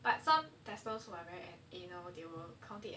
but some testers who are very they will count it as